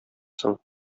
соң